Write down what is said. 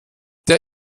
der